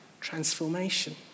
transformation